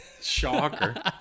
Shocker